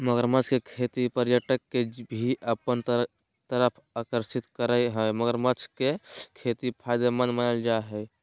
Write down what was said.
मगरमच्छ के खेती पर्यटक के भी अपना तरफ आकर्षित करअ हई मगरमच्छ के खेती फायदेमंद मानल जा हय